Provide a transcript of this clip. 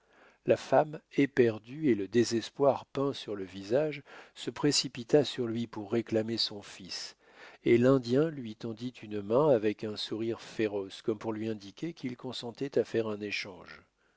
la femme éperdue et le désespoir peint sur le visage se précipita sur lui pour réclamer son fils et l'indien lui tendit une main avec un sourire féroce comme pour lui indiquer qu'il consentait à faire un échange